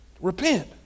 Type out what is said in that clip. Repent